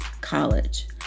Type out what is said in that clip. college